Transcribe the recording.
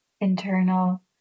internal